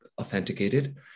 authenticated